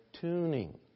tuning